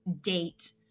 date